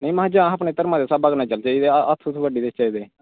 ते नेईं जां भी अस अपने धर्म दे स्हाब कन्नै चलगे हत्थ कट्टी दैचे ओह्दे